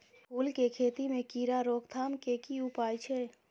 फूल केँ खेती मे कीड़ा रोकथाम केँ की उपाय छै?